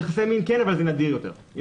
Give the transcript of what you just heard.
יחסי מין כן, אבל זה נדיר יותר.